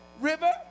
River